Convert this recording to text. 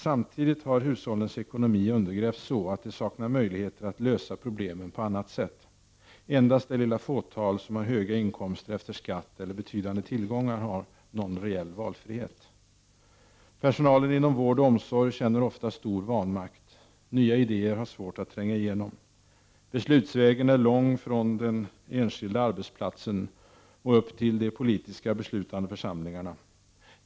Samtidigt har hushållens ekonomi undergrävts så att de saknar möjligheter att lösa problemen på annat sätt. Endast det lilla fåtal som har höga inkomster efter skatt eller betydande tillgångar har någon reell valfrihet. Personalen inom vård och omsorg känner ofta stor vanmakt. Nya idéer har svårt att tränga igenom. Beslutsvägen är lång från den enskilda arbetsplatsen upp till de politiska beslutande församlingarna.